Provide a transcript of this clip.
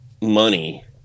money